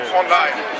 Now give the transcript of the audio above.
online